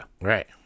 Right